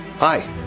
Hi